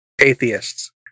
Atheists